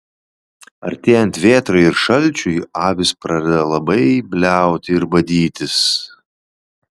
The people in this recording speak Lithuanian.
artėjant vėtrai ir šalčiui avys pradeda labai bliauti ir badytis